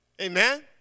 Amen